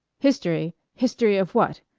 history? history of what?